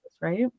right